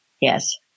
Yes